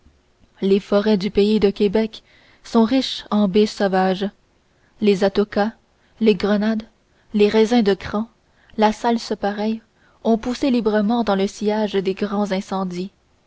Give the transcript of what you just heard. les forêts du pays de québec sont riches en baies sauvages les atocas les grenades les raisins de cran la salsepareille ont poussé librement dans le sillage des grands incendies